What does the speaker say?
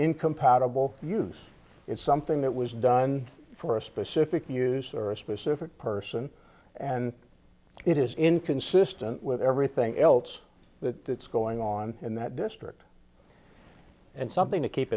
incompatible use it's something that was done for a specific use or a specific person and it is inconsistent with everything else that is going on in that district and something to keep